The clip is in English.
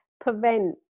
prevent